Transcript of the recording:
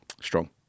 Strong